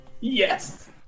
Yes